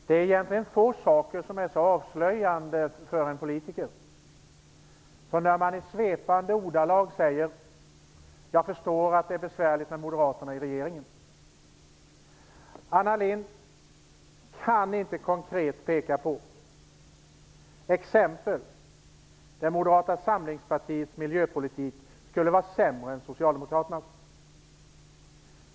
Herr talman! Det är egentligen få saker som är så avslöjande för en politiker som när vederbörande i svepande ordalag säger: Jag förstår att det är besvärligt med moderaterna i regeringen. Anna Lindh kan inte konkret peka på exempel där Moderata samlingspartiets miljöpolitik skulle vara sämre än Socialdemokraternas.